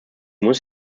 muss